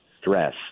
stress